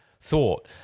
thought